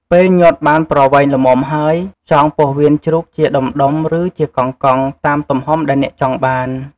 ពេលញាត់បានប្រវែងល្មមហើយ ចងពោះវៀនជ្រូកជាដុំៗ ឬជាកង់ៗ តាមទំហំដែលអ្នកចង់បាន។